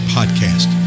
Podcast